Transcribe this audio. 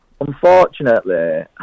unfortunately